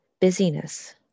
busyness